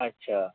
আচ্ছা